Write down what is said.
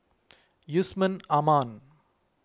Yusman Aman